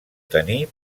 tenir